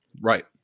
Right